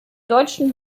deutschen